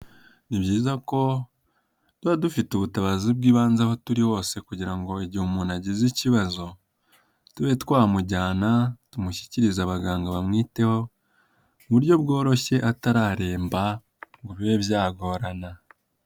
Ni byiza ko tuba dufite ubutabazi bw'ibanze aho turi hose kugira igihe umuntu agize ikibazo tube twamujyana, tumushyikirize abaganga bamwiteho ku buryo bworoshye atararemba ngo bibe byagorana.